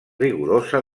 rigorosa